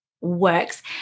works